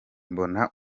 mbona